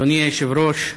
אדוני היושב-ראש,